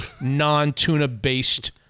non-tuna-based